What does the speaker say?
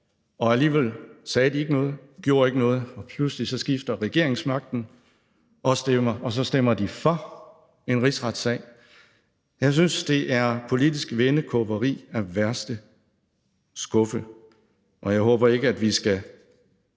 og alligevel sagde de ikke noget, gjorde ikke noget, men pludselig skifter regeringsmagten, og så stemmer de for en rigsretssag. Jeg synes, det er politisk vendekåberi af værste skuffe, og jeg håber ikke, at vi skal